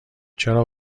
چرا